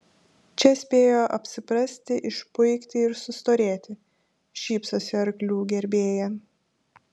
čia spėjo apsiprasti išpuikti ir sustorėti šypsosi arklių gerbėja